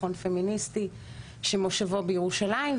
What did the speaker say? מכון פמיניסטי שמושבו בירושלים,